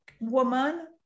woman